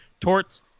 torts